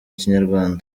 kinyarwanda